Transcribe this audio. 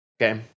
okay